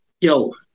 yo